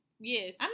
Yes